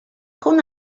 con